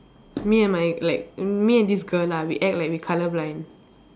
me and my like me and this girl lah we act like we colour blind